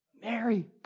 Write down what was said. Mary